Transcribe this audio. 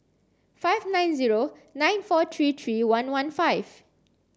five nine zero nine four three three one one five